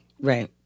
right